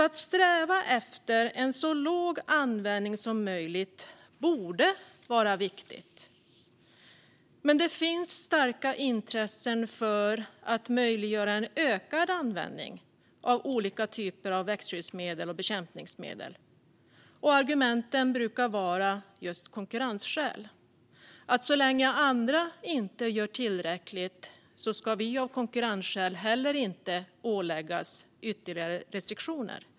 Att sträva efter en så låg användning som möjligt borde vara viktigt, men det finns starka intressen för att möjliggöra ökad användning av olika typer av växtskyddsmedel och bekämpningsmedel. Argumenten brukar handla om konkurrensskäl. Så länge andra inte gör tillräckligt ska vi av konkurrensskäl heller inte åläggas ytterligare restriktioner.